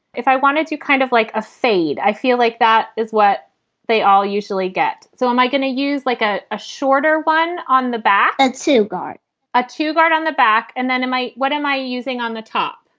if i wanted to kind of like a fade, i feel like that is what they all usually get. so am i going to use like a a shorter one on the back to guard a two guard on the back? and then am i. what am i using on the top?